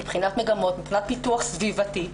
מבחינת מגמות, מבחינת פיתוח סביבתי,